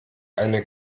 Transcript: eine